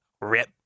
rip